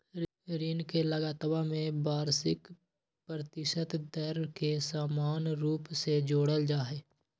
ऋण के लगतवा में वार्षिक प्रतिशत दर के समान रूप से जोडल जाहई